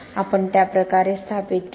आपणत्या प्रकारे स्थापित केले